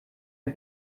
mir